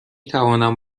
توانم